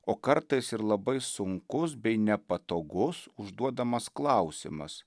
o kartais ir labai sunkus bei nepatogus užduodamas klausimas